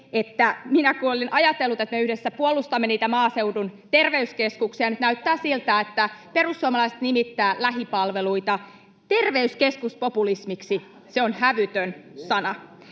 kun olin ajatellut, että me yhdessä puolustamme niitä maaseudun terveyskeskuksia, niin nyt näyttää siltä, että perussuomalaiset nimittävät lähipalveluita terveyskeskuspopulismiksi. [Annika